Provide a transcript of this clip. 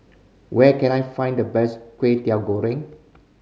where can I find the best Kway Teow Goreng